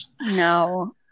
No